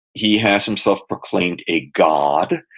he has himself proclaimed a god,